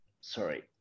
Sorry